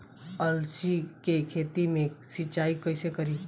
अलसी के खेती मे सिचाई कइसे करी?